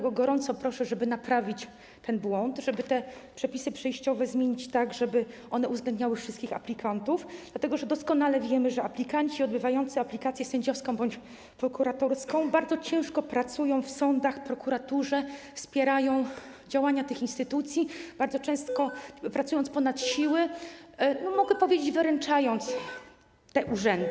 Gorąco proszę, żeby naprawić ten błąd, żeby te przepisy przejściowe zmienić tak, żeby uwzględniały wszystkich aplikantów, dlatego że doskonale wiemy, że aplikanci odbywający aplikację sędziowską bądź prokuratorską bardzo ciężko pracują w sądach, prokuraturze, wspierają działania tych instytucji, bardzo często pracując ponad siły, mogę powiedzieć: wyręczając te urzędy.